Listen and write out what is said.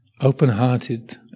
open-hearted